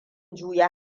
juya